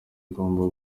agomba